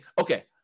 okay